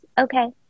Okay